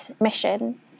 mission